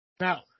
now